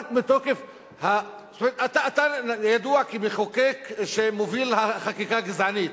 רק מתוקף, אתה ידוע כמחוקק שמוביל חקיקה גזענית,